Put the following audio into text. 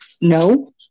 no